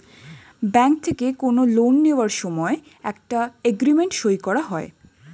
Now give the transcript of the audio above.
bank থেকে কোনো loan নেওয়ার সময় একটা এগ্রিমেন্ট সই করা হয়